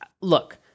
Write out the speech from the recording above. look